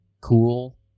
cool